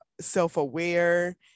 self-aware